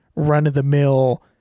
run-of-the-mill